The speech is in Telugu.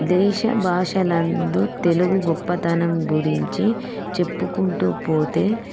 దేశ భాషలందు తెలుగు గొప్పతనం గురించి చెప్పుకుంటూపోతే